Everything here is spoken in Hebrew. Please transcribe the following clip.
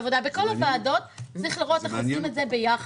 העבודה בכל הוועדות צריך לראות איך עושים את זה ביחד.